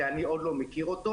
כי אני עוד לא מכיר אותו.